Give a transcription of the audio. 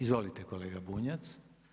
Izvolite kolega Bunjac.